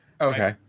Okay